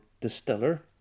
distiller